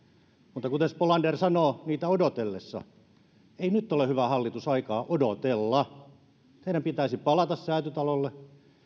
mutta kuten spolander sanoo niitä odotellessa ei nyt ole hyvä hallitus aikaa odotella teidän pitäisi palata säätytalolle